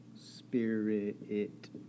Spirit